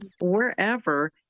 wherever